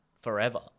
forever